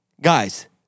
guys